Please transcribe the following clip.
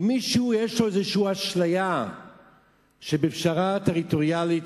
אם למישהו יש איזו אשליה שבפשרה טריטוריאלית